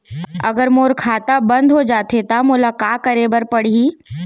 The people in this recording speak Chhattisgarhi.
अगर मोर खाता बन्द हो जाथे त मोला का करे बार पड़हि?